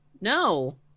no